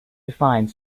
defined